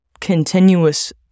continuous